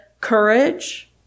courage